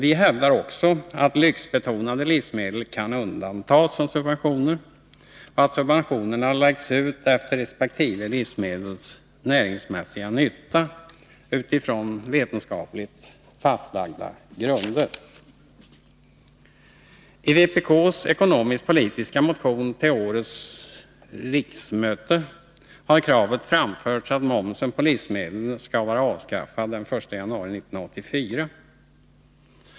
Vi hävdar också att lyxbetonade livsmedel kan undantas från subventioner och menar att subventionerna kan fördelas efter resp. livsmedels näringsmässiga nytta utifrån vetenskapligt fastlagda grunder. I vpk:s ekonomisk-politiska motion till årets riksmöte har vi framfört krav på att momsen på livsmedel skall vara avskaffad den 1 januari 1984.